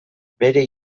bere